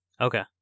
Okay